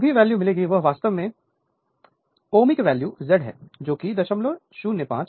तो जो भी वैल्यू मिलेगी वह वास्तव में Ωic वैल्यू Z है जोकि 005 01 है